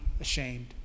ashamed